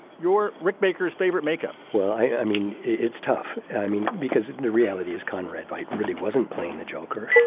your rick baker's favorite makeup well i mean it's tough and i mean because the reality is conrad white really wasn't playing the joker. no.